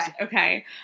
Okay